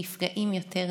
נפגעים יותר,